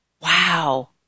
Wow